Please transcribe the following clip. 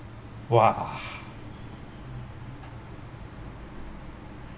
!wah!